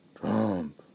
Trump